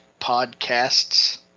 podcasts